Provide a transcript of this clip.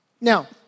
Now